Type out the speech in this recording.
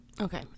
Okay